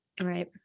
Right